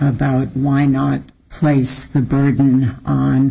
about why not place the burden on